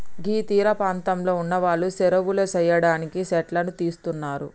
గీ తీరపాంతంలో ఉన్నవాళ్లు సెరువులు సెయ్యడానికి సెట్లను తీస్తున్నరు